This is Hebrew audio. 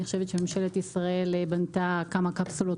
אני חושבת שממשלת ישראל בנתה כמה קפסולות